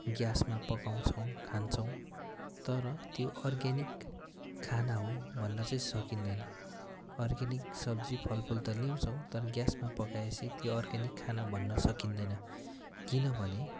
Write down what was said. ग्यासमा पकाउँछौँ खान्छौँ तर त्यो अर्ग्यानिक खाना हो भन्न चाहिँ सकिँदैन अर्ग्यानिक सब्जी फलफुल त ल्याउँछौँ तर ग्यासमा पकाएपछि त्यो अर्ग्यानिक खाना भन्न सकिँदैन किनभने